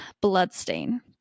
bloodstain